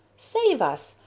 save us!